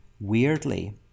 weirdly